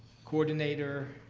coordinator,